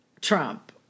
Trump